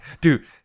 Dude